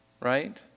right